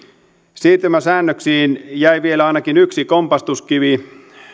siirtymäsäännöksiin jäi vielä ainakin yksi kompastuskivi